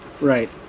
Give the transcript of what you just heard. Right